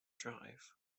drive